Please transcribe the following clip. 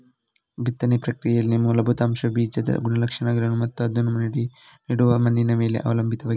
ಬಿತ್ತನೆ ಪ್ರಕ್ರಿಯೆಯಲ್ಲಿನ ಮೂಲಭೂತ ಅಂಶವುಬೀಜದ ಗುಣಲಕ್ಷಣಗಳನ್ನು ಮತ್ತು ಅದನ್ನು ನೆಡುವ ಮಣ್ಣಿನ ಮೇಲೆ ಅವಲಂಬಿತವಾಗಿದೆ